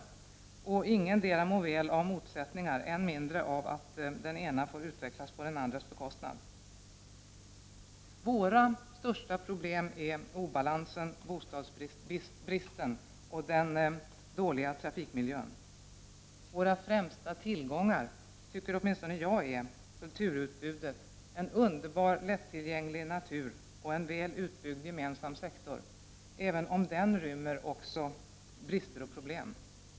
Ingen mår väl av motsättningar, än mindre av att den ene får utvecklas på den andres bekostnad. Våra största problem är obalansen, bostadsbristen och den dåliga trafikmiljön. Våra främsta tillgånger — anser åtminstone jag — är kulturutbudet, en underbar lättillgänglig natur och en väl utbyggd gemensam sektor, även om den också rymmer brister och problem.